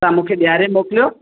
तव्हां मूंखे ॾेयारे मोकिलियो